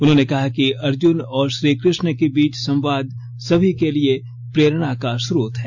उन्होंने कहा कि ॅअर्जुन और श्रीकृष्ण के बीच संवाद सभी के लिए प्रेरणा का स्रोत है